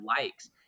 likes